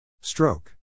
Stroke